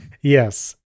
Yes